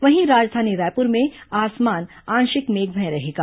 वहीं राजधानी रायपुर में आसमान आंशिक मेघमय रहेगा